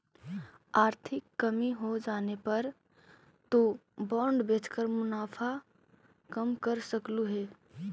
आर्थिक कमी होजाने पर तु बॉन्ड बेचकर मुनाफा कम कर सकलु हे